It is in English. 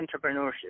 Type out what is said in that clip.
entrepreneurship